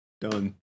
done